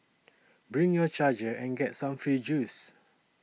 bring your charger and get some free juice